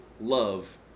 love